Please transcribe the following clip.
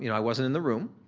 you know i wasn't in the room